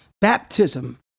baptism